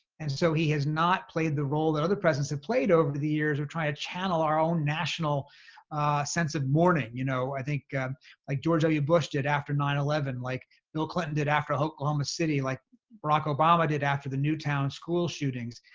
and so he has not played the role that other presidents have played over the years or trying to channel our own national sense of mourning. you know, i think like george w. bush did after nine eleven, like bill clinton did after oklahoma city, like barack obama did after the newtown school shootings.